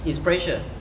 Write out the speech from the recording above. it's pressure